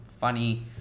funny